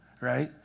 right